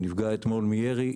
שנפגע אתמול מירי,